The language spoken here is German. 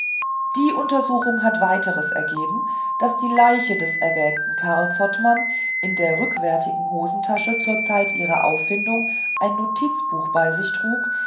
die untersuchung hat weiters ergeben daß die leiche des erwähnten karl zottmann in der rückwärtigen hosentasche zur zeit ihrer auffindung ein notizbuch bei sich trug